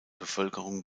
bevölkerung